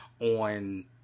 on